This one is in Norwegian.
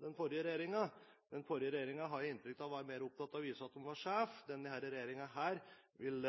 den forrige regjeringen. Den forrige regjeringen har jeg inntrykk av var mer opptatt av å vise at den var sjef. Denne regjeringen vil